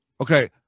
okay